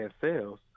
sales